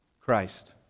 Christ